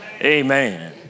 Amen